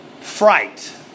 fright